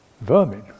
vermin